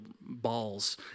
balls